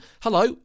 Hello